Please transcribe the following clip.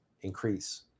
increase